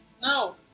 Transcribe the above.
no